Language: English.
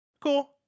Cool